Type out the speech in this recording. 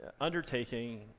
undertaking